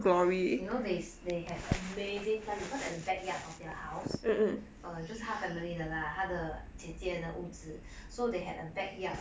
you know they they have amazing plants because at the backyard of their house err just 她 family 的 lah 她的姐姐的屋子 so they had a backyard